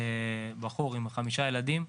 עם חמישה ילדים,